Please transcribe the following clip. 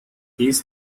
this